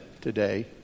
today